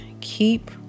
Keep